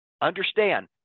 Understand